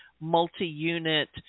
multi-unit